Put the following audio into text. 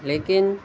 لیکن